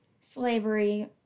slavery